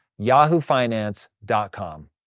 yahoofinance.com